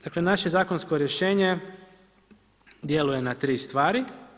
Dakle, naše zakonsko rješenje djeluje na tri stvari.